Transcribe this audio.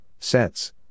Sets